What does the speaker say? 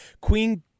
Queen